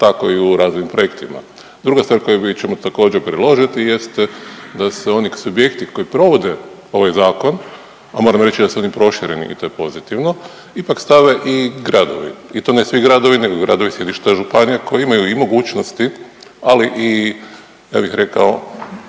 tako i u raznim projektima. Druga stvar koju ćemo također predložiti jeste da se oni subjekti koji provode ovaj zakon, a moram reći da su oni prošireni i to je pozitivno, ipak stave i gradove i to ne svi gradovi nego gradovi sjedišta županija koji imaju i mogućnosti, ali i ja bih rekao